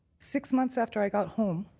six months after i got home,